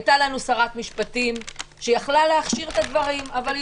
הייתה לנו שרת משפטים שיכלה להכשיר את הדברים אבל היא לא עשתה את זה.